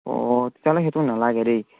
অ' তেতিয়াহ'লে সেইটো নেলাগে দেই